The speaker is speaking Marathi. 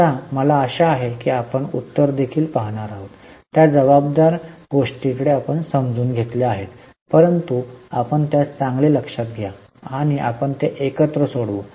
आता मला आशा आहे की आपण उत्तर देखील पाहणार आहोत त्या जबाबदाऱ्या गोष्टी आपण समजून घेतल्या आहेत परंतु आपण त्यास चांगले लक्षात घ्या आणि आपण ते एकत्र सोडवू